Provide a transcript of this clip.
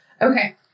Okay